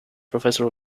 professor